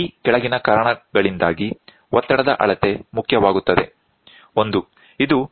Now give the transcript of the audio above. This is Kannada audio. ಈ ಕೆಳಗಿನ ಕಾರಣಗಳಿಂದಾಗಿ ಒತ್ತಡದ ಅಳತೆ ಮುಖ್ಯವಾಗುತ್ತದೆ 1